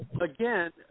again